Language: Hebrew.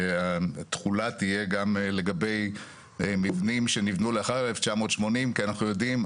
שהתחולה תהיה גם לגבי מבנים שנבנו לאחר 1980 כי אנחנו יודעים,